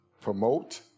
promote